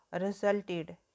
resulted